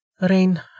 Rain